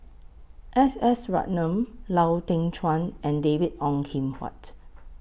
S S Ratnam Lau Teng Chuan and David Ong Kim Huat